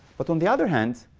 but on the other hand,